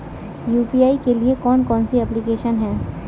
UPI के लिए कौन कौन सी एप्लिकेशन हैं?